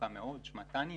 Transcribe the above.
מתוקה מאוד ושמה טניה.